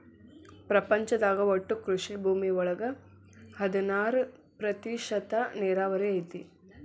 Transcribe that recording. ಪ್ರಪಂಚದಾಗ ಒಟ್ಟು ಕೃಷಿ ಭೂಮಿ ಒಳಗ ಹದನಾರ ಪ್ರತಿಶತಾ ನೇರಾವರಿ ಐತಿ